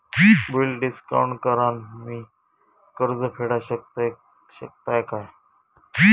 Bill discount करान मी कर्ज फेडा शकताय काय?